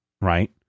right